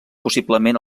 possiblement